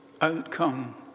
outcome